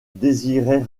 désirait